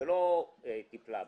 ולא טיפלה בו.